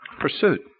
pursuit